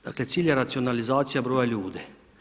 Dakle, cilj je racionalizacija broja ljudi.